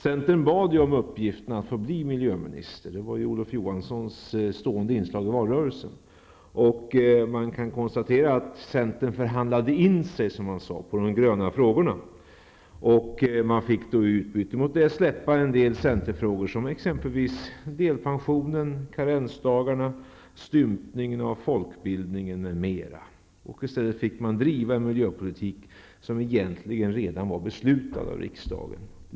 Centern bad ju om uppgiften som miljöminister. Det var Olof Johanssons stående inslag i valrörelsen. Man kan konstatera att centern förhandlade in sig, som man sade, på de gröna frågorna. I utbyte mot detta fick man då släppa en del centerfrågor som delpensioner, karensdagar, stympningen av folkbildningen, m.m. I stället fick man driva en miljöpolitik som egentligen redan var beslutad av riksdagen.